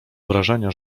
wrażenia